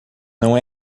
não